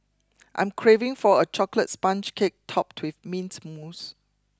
I am craving for a chocolate sponge cake topped with mint mousse